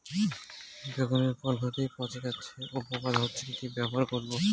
বেগুনের ফল হতেই পচে যাচ্ছে ও পোকা ধরছে কি ব্যবহার করব?